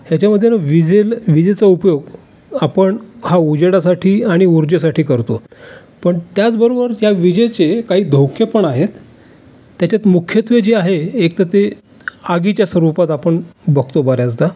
ह्याच्यामध्ये ना विजेनं विजेचा उपयोग आपण हा उजेडासाठी आणि उर्जेसाठी करतो पण त्याचबरोबर त्या विजेचे काही धोके पण आहेत त्याच्यात मुख्यत्वे जे आहे एक तर ते आगीच्या स्वरूपात आपण बघतो बऱ्याचदा